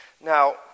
Now